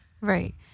Right